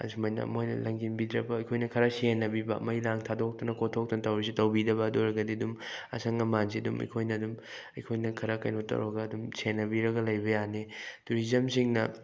ꯑꯁꯨꯃꯥꯏꯅ ꯃꯣꯏꯅ ꯂꯪꯖꯤꯟꯕꯤꯗ꯭ꯔꯕ ꯑꯩꯈꯣꯏꯅ ꯈꯔ ꯁꯦꯟꯅꯕꯤꯕ ꯃꯩ ꯂꯥꯡ ꯊꯥꯗꯣꯛꯇꯅ ꯀꯣꯠꯊꯣꯛꯇꯅ ꯇꯧꯔꯤꯁꯦ ꯇꯧꯕꯤꯗꯕ ꯑꯗꯨ ꯑꯣꯏꯔꯒꯗꯤ ꯑꯗꯨꯝ ꯑꯁꯪ ꯑꯃꯥꯟꯁꯦ ꯑꯗꯨꯝ ꯑꯩꯈꯣꯏꯅ ꯑꯗꯨꯝ ꯑꯩꯈꯣꯏꯅ ꯈꯔ ꯀꯩꯅꯣ ꯇꯧꯔꯒ ꯑꯗꯨꯝ ꯁꯦꯟꯅꯕꯤꯕ ꯂꯩꯕ ꯌꯥꯅꯤ ꯇꯨꯔꯤꯖꯝꯁꯤꯡꯅ